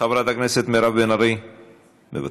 חברת הכנסת מירב בן ארי מוותרת,